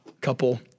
couple